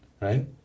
right